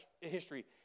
history